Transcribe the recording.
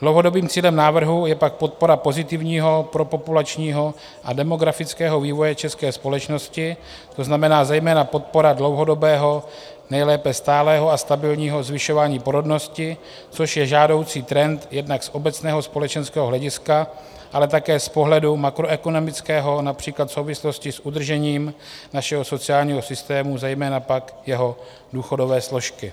Dlouhodobým cílem návrhu je pak podpora pozitivního propopulačního a demografického vývoje české společnosti, to znamená zejména podpora dlouhodobého, nejlépe stálého a stabilního zvyšování porodnosti, což je žádoucí trend jednak z obecného společenského hlediska, ale také z pohledu makroekonomického, například v souvislosti s udržením našeho sociálního systému, zejména pak jeho důchodové složky.